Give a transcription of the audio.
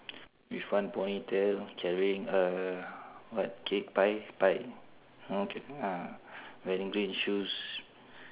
with one ponytail carrying uh what cake pie pie okay ah wearing green shoes